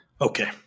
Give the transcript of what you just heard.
okay